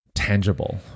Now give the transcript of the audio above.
tangible